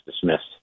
dismissed